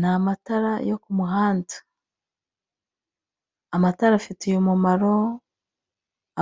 Ni amatara yo ku muhanda, amatara afitiye umumaro